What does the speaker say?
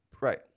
Right